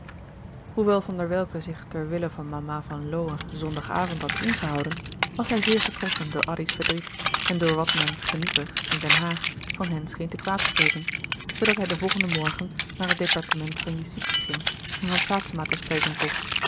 hoewel van der welcke zich ter wille van mama van lowe zondag avond had ingehouden was hij zeer getroffen door addy's verdriet en door wat men geniepig in den haag van hen scheen te kwaadspreken zoodat hij den volgenden morgen naar het departement van justitie ging en van saetzema te spreken vroeg